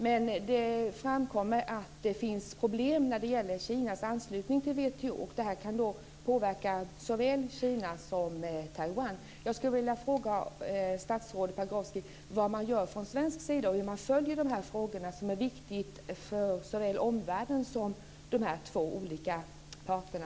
Men det framkommer att det finns problem när det gäller Kinas anslutning till WTO, och det här kan då påverka såväl Kina som Taiwan. Jag skulle vilja fråga statsrådet Pagrotsky vad man gör från svensk sida och hur man följer de här frågorna, som är viktiga för såväl omvärlden som de här två olika parterna.